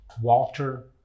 Walter